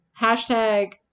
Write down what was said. hashtag